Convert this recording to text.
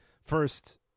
first